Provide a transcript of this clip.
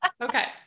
Okay